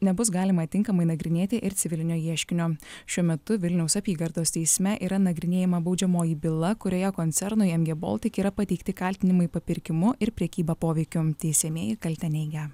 nebus galima tinkamai nagrinėti ir civilinio ieškinio šiuo metu vilniaus apygardos teisme yra nagrinėjama baudžiamoji byla kurioje koncernui mg baltic yra pateikti kaltinimai papirkimu ir prekyba poveikiu teisiamieji kaltę neigia